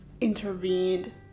intervened